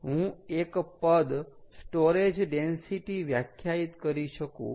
તો તેથી હું એક પદ સ્ટોરેજ ડેન્સિટી વ્યાખ્યાયિત કરી શકું